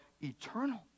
eternal